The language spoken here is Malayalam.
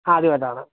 ആദ്യമായിട്ടാണ്